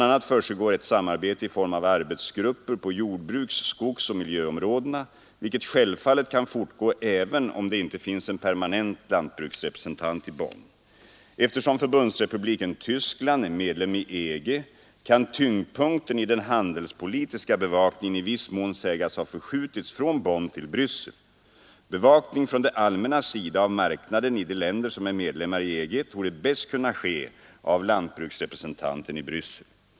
a. försiggår ett samarbete i form av arbetsgrupper på jordbruks-, skogsoch miljöområdena, vilket självfallet kan fortsätta även om det inte finns en permanent lantbruksrepresentant i Bonn. Eftersom Förbundsrepubliken Tyskland är medlem i EG kan tyngdpunkten i den handelspolitiska bevakningen i viss mån sägas ha förskjutits från Bonn till Bryssel. Bevakning från det allmännas sida av marknaden i de länder som är medlemmar i EG torde bäst kunna ske av lantbruksrepresentanten i Bryssel.